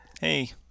hey